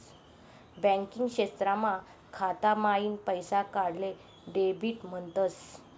banking क्षेत्रमा खाता माईन पैसा काढाले डेबिट म्हणतस